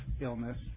illness